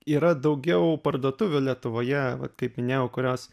yra daugiau parduotuvių lietuvoje vat kaip minėjau kurios